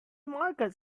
market